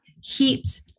heat